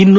ಇನ್ನು